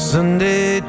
Sunday